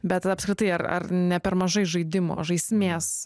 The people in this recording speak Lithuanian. bet apskritai ar ne per mažai žaidimo žaismės